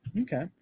Okay